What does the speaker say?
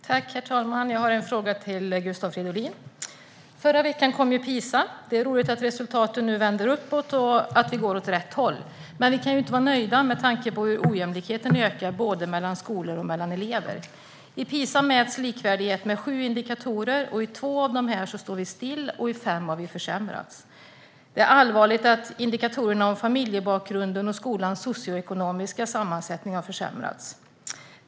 Herr talman! Jag har en fråga till Gustav Fridolin. Förra veckan kom PISA-undersökningen. Det är roligt att resultatet nu vänder uppåt och att vi går åt rätt håll. Men vi kan inte vara nöjda med tanke på hur ojämlikheten ökar både mellan skolor och mellan elever. I PISA mäts likvärdighet med sju indikatorer. I två av dessa står vi stilla och i fem har vi försämrats. Det är allvarligt att indikatorerna om familjebakgrund och skolans socioekonomiska sammansättning har försämrats.